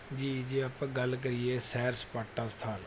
ਜੀ ਜੇ ਆਪਾਂ ਗੱਲ ਕਰੀਏ ਸੈਰ ਸਪਾਟਾ ਸਥਾਨ